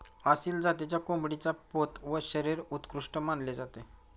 आसिल जातीच्या कोंबडीचा पोत व शरीर उत्कृष्ट मानले जाते